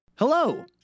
Hello